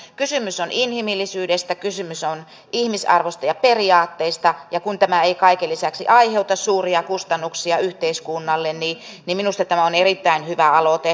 kysymys on inhimillisyydestä kysymys on ihmisarvosta ja periaatteista ja kun tämä ei kaiken lisäksi aiheuta suuria kustannuksia yhteiskunnalle niin minusta tämä on erittäin hyvä aloite